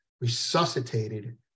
resuscitated